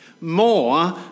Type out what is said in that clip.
more